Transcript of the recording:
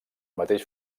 mateix